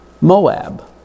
Moab